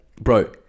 bro